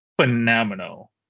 phenomenal